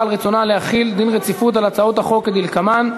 על רצונה להחיל דין רציפות על הצעות החוק כדלקמן,